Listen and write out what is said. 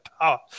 power